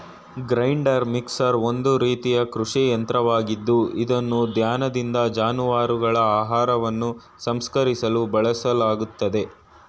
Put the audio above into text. grinder mixer ಒಂದು ರೀತಿಯ ಕೃಷಿ ಯಂತ್ರವಾಗಿದ್ದು ಇದನ್ನು ಧಾನ್ಯದಿಂದ ಜಾನುವಾರುಗಳ ಆಹಾರವನ್ನು ಸಂಸ್ಕರಿಸಲು ಬಳಸಲಾಗ್ತದೆ